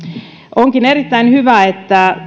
onkin erittäin hyvä että